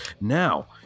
Now